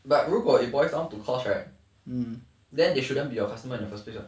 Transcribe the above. but 如果 it boils down to cost right then they shouldn't be your customers in the first place [what]